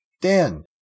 Dan